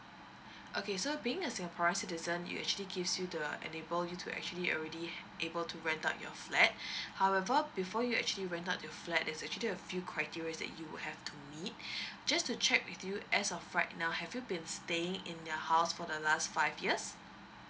okay so being a singaporean citizen it actually gives you the enable you to actually already able to rent out your flat however before you actually rent out your flat there's actually a few criterias that you will have to meet just to check with you as of right now have you been staying in the house for the last five years